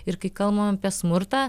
ir kai kalbam apie smurtą